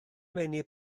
meini